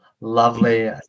Lovely